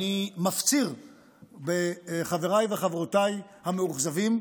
אני מפציר בחבריי וחברותיי המאוכזבים: